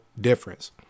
difference